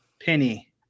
Penny